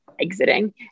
exiting